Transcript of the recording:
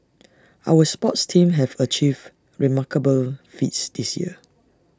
our sports teams have achieved remarkable feats this year